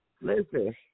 listen